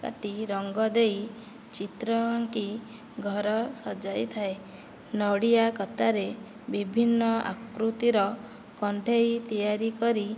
କାଟି ରଙ୍ଗ ଦେଇ ଚିତ୍ର ଆଙ୍କି ଘର ସଜାଇଥାଏ ନଡ଼ିଆ କତାରେ ବିଭିନ୍ନ ଆକୃତିର କଣ୍ଢେଇ ତିଆରି କରି